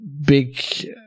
big